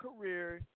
career –